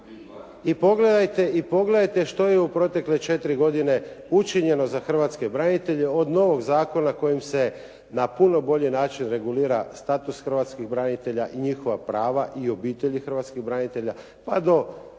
i pogledajte što je u protekle 4 godine učinjeno za hrvatske branitelje od novog zakona kojim se na puno bolji način regulira status hrvatskih branitelja i njihova prava i obitelji hrvatskih branitelja pa do